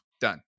done